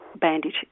bandage